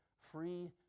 free